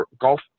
golf